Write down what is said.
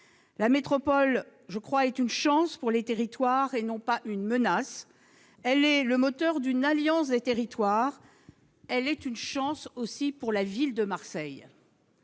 La métropole est, me semble-t-il, une chance pour les territoires et non pas une menace ; elle est le moteur d'une alliance des territoires et elle aussi une chance pour la ville de Marseille.